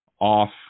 off